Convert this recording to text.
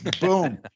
boom